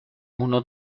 uno